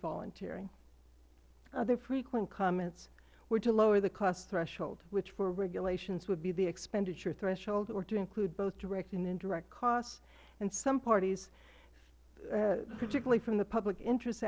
voluntary other frequent comments were to lower the cost threshold which for regulations would be the expenditure threshold or to include both direct and indirect costs and some parties particularly from the public interest